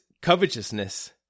covetousness